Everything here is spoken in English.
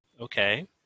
Okay